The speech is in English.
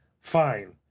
Fine